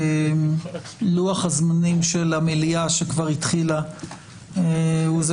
לוח הזמנים של המליאה שכבר התחילה הוא זה